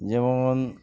যেমন